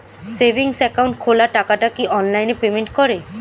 Savings account খোলা টাকাটা কি অনলাইনে পেমেন্ট করে?